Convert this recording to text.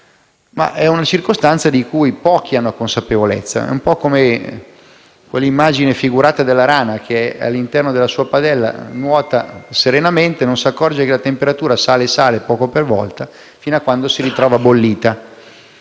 di una circostanza di cui pochi hanno consapevolezza. È un po' come quell'immagine figurata della rana che, all'interno della padella, nuota serenamente e non si accorge che la temperatura sale poco per volta, fino a quando si ritrova bollita.